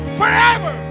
forever